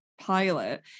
pilot